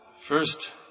First